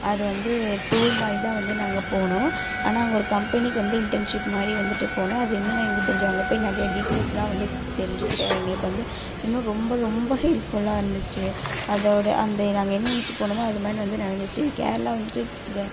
அது வந்து டூர் மாதிரி தான் வந்து நாங்கள் போனோம் ஆனால் அங்கே ஒரு கம்பெனிக்கு வந்து இன்டென்ஷிப் மாதிரி வந்துட்டு போனோம் அது இன்னும் நான் எங்களுக்கு கொஞ்சம் அங்கே போய் நிறையா டீட்டெயில்ஸ் எல்லாம் வந்து தெரிஞ்சுக்கிட்டோம் எங்களுக்கு வந்து இன்னும் ரொம்ப ரொம்ப ஹெல்ப்ஃபுல்லா இருந்துச்சு அதோடய அந்த நாங்கள் என்ன நெனச்சி போனோமோ அதுமாதிரி நடந்துச்சு கேரளா வந்துட்டு க